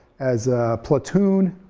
as a platoon,